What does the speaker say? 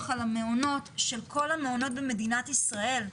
על המעונות של כל המעונות במדינת ישראל.